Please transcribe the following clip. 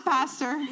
Pastor